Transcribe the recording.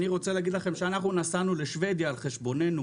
אני רוצה להגיד לכם שאנחנו נסענו לשוודיה על חשבוננו